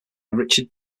richard